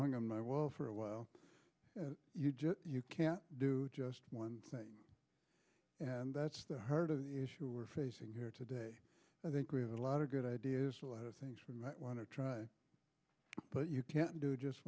hung on my wall for a while you can't do just one thing and that's the heart of the issue we're facing here today i think we have a lot of good ideas a lot of things we might want to try but you can't do just